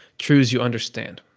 truths you understand.